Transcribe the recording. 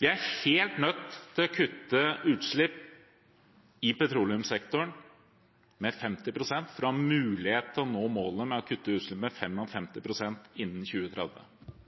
Vi er helt nødt til å kutte utslipp i petroleumssektoren med 50 pst. for å ha mulighet til å nå målene om å kutte utslippene med 55 pst. innen 2030.